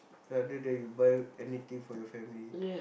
rather than you buy anything for your family